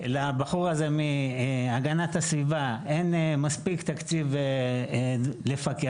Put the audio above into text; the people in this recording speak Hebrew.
לבחור הזה מהגנת הסביבה אין מספיק תקציב לפקח,